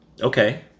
Okay